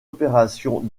opération